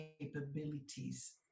capabilities